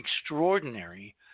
extraordinary